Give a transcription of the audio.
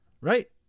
right